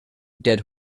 dead